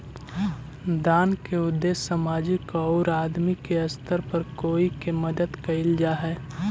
दान के उद्देश्य सामाजिक औउर आदमी के स्तर पर कोई के मदद कईल जा हई